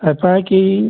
ऐसा है कि